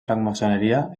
francmaçoneria